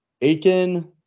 Aiken